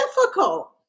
difficult